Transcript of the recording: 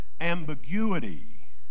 ambiguity